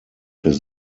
his